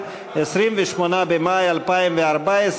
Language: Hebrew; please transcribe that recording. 28 במאי 2014,